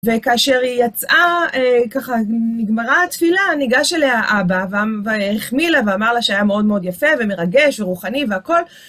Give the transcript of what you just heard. וכאשר היא יצאה, ככה נגמרה התפילה, ניגש אליה האבא, והחמיא לה, ואמר לה שהיה מאוד מאוד יפה, ומרגש, ורוחני, והכול.